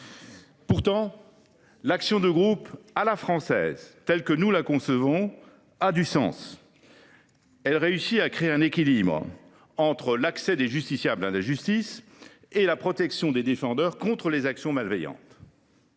Pourtant, l’action de groupe à la française, telle que nous la concevons, a du sens. Elle représente la création réussie d’un équilibre entre l’accès des justiciables à la justice, d’une part, et la protection des défendeurs contre les actions malveillantes,